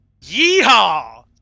Yeehaw